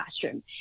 classroom